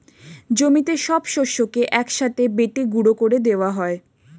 জমিতে সব শস্যকে এক সাথে বেটে গুঁড়ো করে দেওয়া হয়